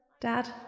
Dad